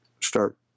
start